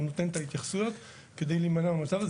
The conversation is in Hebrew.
הוא נותן את ההתייחסויות כדי להימנע מהמצב הזה.